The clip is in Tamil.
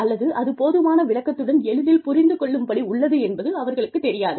அல்லது அது போதுமான விளக்கத்துடன் எளிதில் புரிந்து கொள்ளும் படி உள்ளது என்பது அவர்களுக்குத் தெரியாது